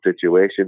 situation